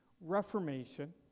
Reformation